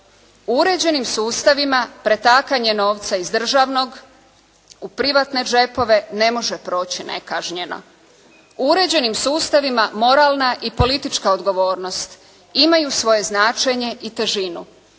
Uređenim sustavima, pretakanje novca iz državnog u privatne džepove ne može proći nekažnjeno. Uređenim sustavima moralna i politička odgovornost imaju svoje značenje i težinu.